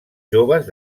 joves